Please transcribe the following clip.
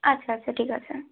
আচ্ছা আচ্ছা ঠিক আছে